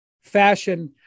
fashion